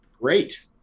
Great